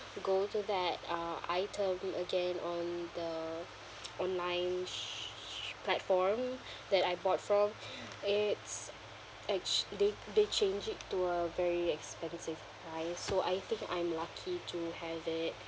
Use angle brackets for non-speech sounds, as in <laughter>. go to that uh item again on the <noise> online sh~ sh~ platform that I bought from <breath> it's actua~ they they changed it to a very expensive price so I think I'm lucky to have it